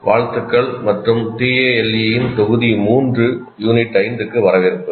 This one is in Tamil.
வாழ்த்துக்கள் மற்றும் TALE இன் தொகுதி 3 யூனிட் 5 க்கு வரவேற்பு